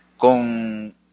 con